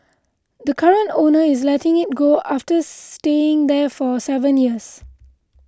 the current owner is letting it go after staying there for seven years